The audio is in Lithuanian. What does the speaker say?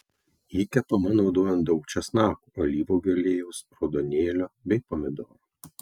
ji kepama naudojant daug česnakų alyvuogių aliejaus raudonėlio bei pomidorų